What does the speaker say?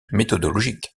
méthodologique